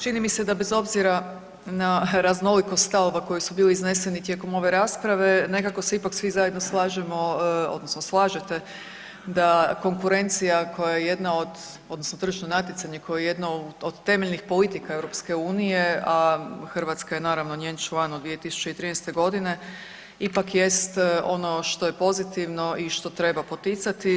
Čini mi se da bez obzira na raznolikost stavova koji su bili izneseni tijekom ove rasprave nekako se ipak svi zajedno slažemo odnosno slažete da konkurencija koja je jedna od odnosno tržišno natjecanje koje je jedno od temeljnih politika EU, a Hrvatska je naravno njen član 2013. godine ipak jest ono što je pozitivno i što treba poticati.